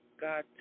God